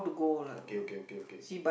okay okay okay okay